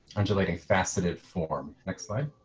undulating faceted form. next slide.